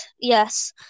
Yes